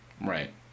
Right